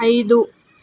ఐదు